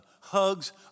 hugs